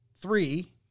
three